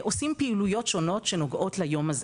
עושים פעילויות שונות שנוגעות ליום הזה.